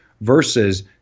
versus